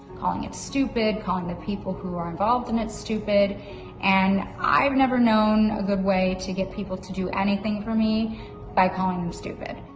calling it stupid, calling the people who are involved in it stupid and i've never known a good way to get people to do anything for me by calling them stupid.